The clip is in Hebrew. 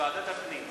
לוועדת הפנים.